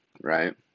right